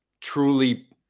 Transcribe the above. truly